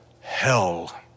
hell